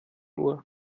uhr